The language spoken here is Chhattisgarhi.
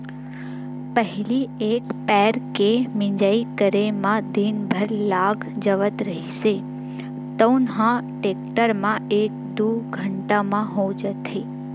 पहिली एक पैर के मिंजई करे म दिन भर लाग जावत रिहिस तउन ह टेक्टर म एक दू घंटा म हो जाथे